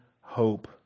hope